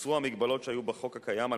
הוסרו המגבלות שהיו בחוק הקיים על